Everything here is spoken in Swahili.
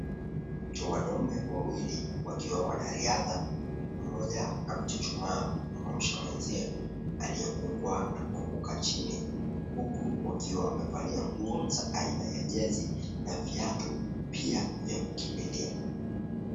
Wanaume wawili wakiwa wanariadha, mmoja amechuchumaa kumwamsha mwenzie aliyekungua na kuanguka chini, huku wakiwa wamevalia nguo za aina ya jezi na viatu pia vya kukimbilia.